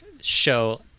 show